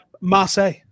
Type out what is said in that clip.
Marseille